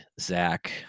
zach